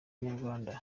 inyarwanda